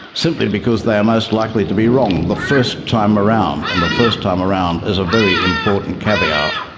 simply because they are most likely to be wrong the first time around, and the first time around is a very important caveat.